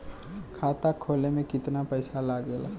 खाता खोले में कितना पैसा लगेला?